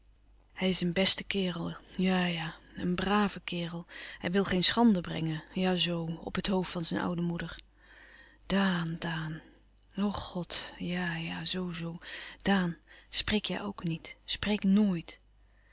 hij is een beste kerel ja-ja een brave kerel hij wil geen schande brengen ja zoo op het hoofd van zijn oude moeder daan daan o god ja-ja zoo-zoo daan spreek jij ook niet spreek